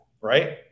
right